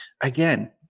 again